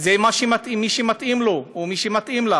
זה מי שמתאים לו או מי שמתאים לה.